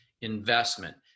investment